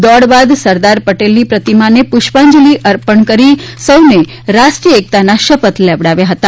દોડ બાદ સરદાર પટેલની પ્રતિમાને પુષ્પાંજલિ અર્પણ કરી સૌને રાષ્ટ્રીય એકતાના શપથ લેવડાવ્યા હતા